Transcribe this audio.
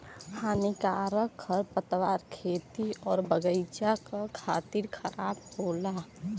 हानिकारक खरपतवार खेती आउर बगईचा क खातिर खराब होला